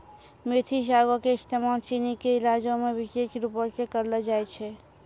मेथी सागो के इस्तेमाल चीनी के इलाजो मे विशेष रुपो से करलो जाय छै